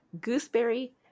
gooseberry